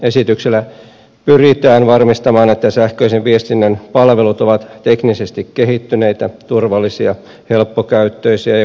esityksellä pyritään varmistamaan että sähköisen viestinnän palvelut ovat teknisesti kehittyneitä turvallisia helppokäyttöisiä ja kohtuuhintaisia